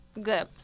Good